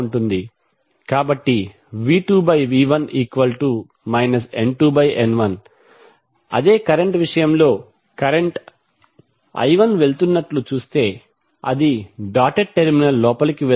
కాబట్టి V2V1 N2N1 అదే current విషయంలో కరెంట్ I 1 వెళుతున్నట్లు చూస్తే అది డాటెడ్ టెర్మినల్ లోపలికి వెళుతుంది